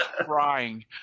crying